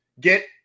get